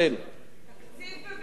תקציב במחטף.